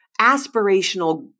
aspirational